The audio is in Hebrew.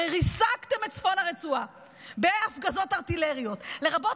הרי ריסקתם את צפון הרצועה בהפגזות ארטילריות לרבות